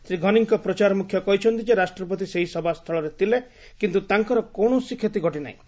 ଶ୍ରୀ ଘନିଙ୍କ ପ୍ରଚାର ମୁଖ୍ୟ କହିଛନ୍ତି ଯେ ରାଷ୍ଟ୍ରପତି ସେହି ସଭା ସ୍ଥଳରେ ଥିଲେ କିନ୍ତୁ ତାଙ୍କର କୌଣସି କ୍ଷତିଘଟିନାହିଁ